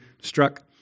struck